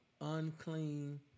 unclean